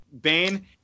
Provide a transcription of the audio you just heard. Bane